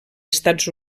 estats